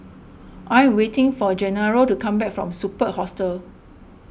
I am waiting for Gennaro to come back from Superb Hostel